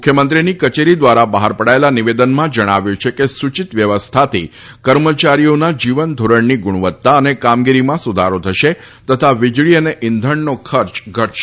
મુખ્યમંત્રીની કચેરી દ્વારા બહાર પડાયેલા નિવેદનમાં જણાવ્યું છે કે સુચિત વ્યવસ્થાથી કર્મચારીઓના જીવન ધોરણની ગુણવત્તા અને કામગીરીમાં સુધારો થશે તથા વિજળી અને ઈંધણનો ખર્ચ ઘટશે